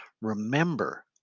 Remember